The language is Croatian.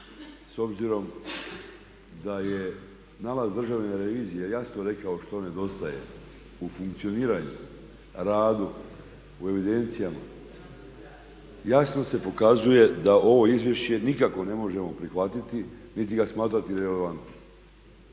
s obzirom da je nalaz Državne revizije jasno rekao što nedostaje u funkcioniranju, radu, u evidencijama, jasno se pokazuje da ovo izvješće nikako ne možemo prihvatiti niti ga smatrati relevantnim.